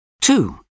Two